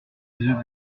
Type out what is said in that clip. eux